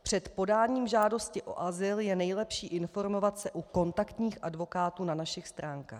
Před podáním žádosti o azyl je nejlepší informovat se u kontaktních advokátů na našich stránkách.